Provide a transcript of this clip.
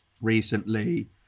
recently